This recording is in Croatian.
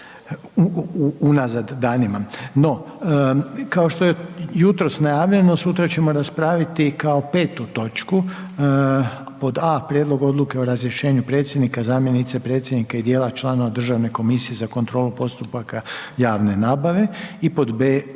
unazad danima, no kao što jutro najavljeno, sutra ćemo raspraviti kao 5. točku pod a) Prijedlog Odluke o razrješenju predsjednika, zamjenice predsjednika i djela članova Državne komisije za kontrolu postupaka javne nabave i pod b)